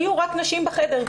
היו רק נשים בחדר,